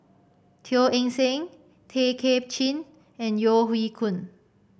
Teo Eng Seng Tay Kay Chin and Yeo Hoe Koon